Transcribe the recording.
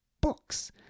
Books